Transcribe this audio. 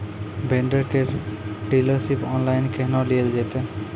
Vendor केर dealership online केहनो लियल जेतै?